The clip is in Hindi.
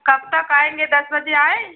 कब तक आएँगे दस बजे आएँ